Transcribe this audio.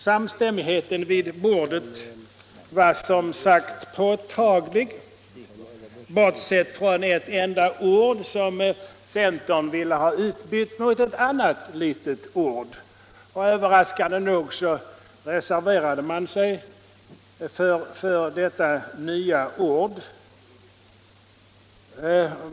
Samstämmigheten vid bordet var som sagt påtaglig, bortsett från ett enda ord som centern ville ha utbytt mot ett annat litet ord. Överraskande nog reserverade man sig för detta nya ord.